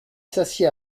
s’assied